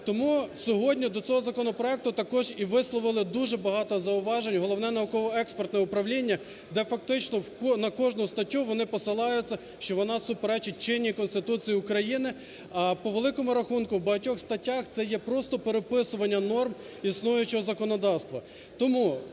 Тому сьогодні до цього законопроекту також і висловили дуже багато зауважень Головне науково-експертне управління, де фактично на кожну статтю вони посилаються, що вона суперечить чинній Конституції України. А по великому рахунку в багатьох статтях це є просто переписування норм існуючого законодавства.